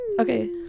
Okay